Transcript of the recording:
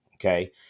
Okay